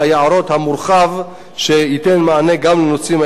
המורחב שייתן מענה גם לנושאים האלה.